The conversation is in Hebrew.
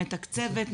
מתקצבת,